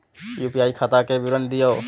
UPI खाता के विवरण दिअ?